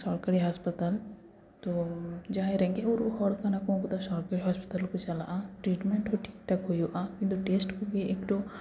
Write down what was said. ᱥᱚᱨᱠᱟᱨᱤ ᱦᱟᱸᱥᱯᱟᱛᱟᱞ ᱛᱚ ᱡᱟᱦᱟᱸᱭ ᱨᱮᱸᱜᱮᱡ ᱚᱨᱮᱡ ᱦᱚᱲ ᱠᱟᱱᱟ ᱠᱚ ᱩᱱᱠᱩ ᱫᱚ ᱥᱚᱨᱠᱟᱨᱤ ᱦᱚᱸᱥᱯᱟᱛᱟᱞ ᱠᱚ ᱪᱟᱞᱟᱜᱼᱟ ᱴᱨᱤᱴᱢᱮᱱᱴ ᱦᱚᱸ ᱴᱷᱤᱠ ᱴᱷᱟᱠ ᱦᱩᱭᱩᱜᱼᱟ ᱠᱤᱱᱛᱩ ᱴᱮᱥᱴ ᱠᱚᱜᱮ ᱮᱠᱴᱩ